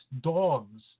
dogs